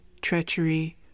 treachery